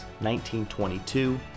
1922